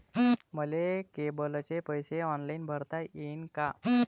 मले केबलचे पैसे ऑनलाईन भरता येईन का?